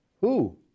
Who